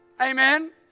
Amen